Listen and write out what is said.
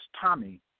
Tommy